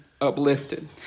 uplifted